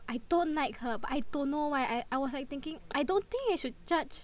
I don't like her but I don't know why I I was like thinking I don't think we should judge